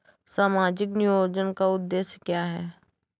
सामाजिक नियोजन का उद्देश्य क्या है?